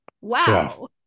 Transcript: Wow